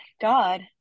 god